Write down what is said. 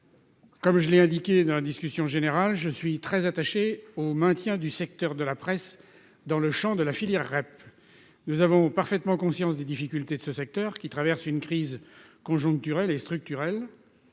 Comme je l'ai indiqué lors de la discussion générale, je suis très attaché au maintien de la presse dans le champ de la filière REP. J'ai parfaitement conscience des difficultés de ce secteur, qui traverse une crise conjoncturelle et structurelle.